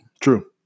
True